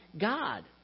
God